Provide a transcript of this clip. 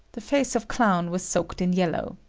the face of clown was soaked in yellow.